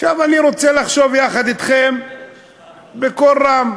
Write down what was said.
עכשיו, אני רוצה לחשוב יחד אתכם בקול רם.